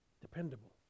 dependable